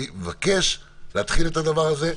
אני מבקש להתחיל את הדבר הזה.